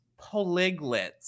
polyglots